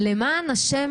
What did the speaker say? למען ה',